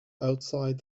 outside